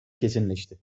kesinleşti